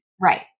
Right